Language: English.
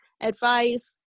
advice